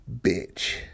bitch